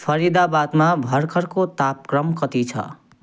फरिदाबादमा भर्खरको तापक्रम कति छ